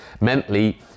mentally